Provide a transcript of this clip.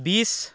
বিছ